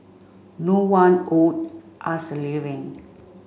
no one owed us a living